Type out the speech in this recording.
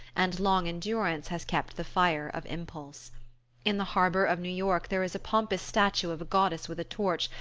and long endurance has kept the fire of impulse in the harbour of new york there is a pompous statue of a goddess with a torch,